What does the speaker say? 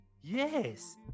Yes